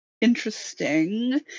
interesting